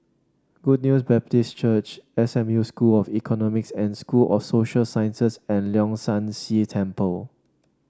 Good News Baptist Church S M U School of Economics and School of Social Sciences and Leong San See Temple